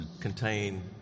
contain